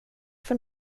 för